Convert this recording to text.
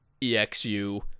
EXU